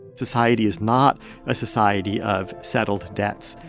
society is not a society of settled debts.